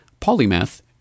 Polymath